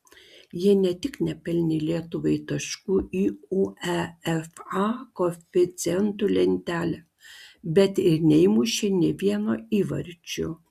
jie ne tik nepelnė lietuvai taškų į uefa koeficientų lentelę bet ir neįmušė nė vieno įvarčio